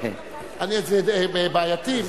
זה בעייתי.